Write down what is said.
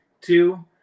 Two